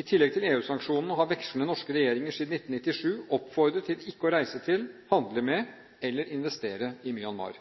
I tillegg til EU-sanksjonene har vekslende norske regjeringer siden 1997 oppfordret til ikke å reise til, handle med eller investere i Myanmar.